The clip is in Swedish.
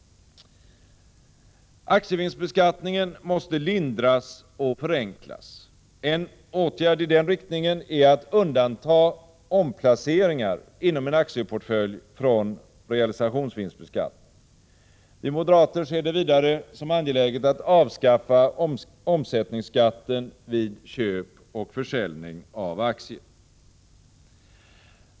Aktievinstbeskattningen måste lindras och förenklas. En åtgärd i den riktningen är att undanta omplaceringar inom en aktieportfölj från realisationsvinstbeskattning. Vi moderater ser det vidare som angeläget att avskaffa omsättningsskatten vid köp och försäljning av aktier.